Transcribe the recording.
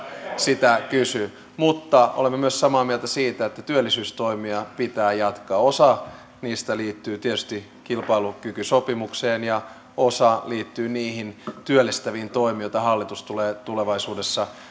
sitä kysyi mutta olemme samaa mieltä myös siitä että työllisyystoimia pitää jatkaa osa niistä liittyy tietysti kilpailukykysopimukseen ja osa liittyy niihin työllistäviin toimiin joita hallitus tulee tulevaisuudessa